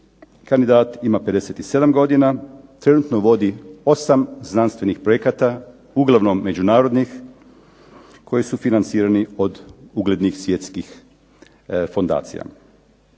kandidat ima 57 godina, trenutno vodi 8 znanstvenih projekata, uglavnom međunarodnih koji su financirani od uglednih svjetskih fondacija.